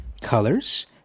Colors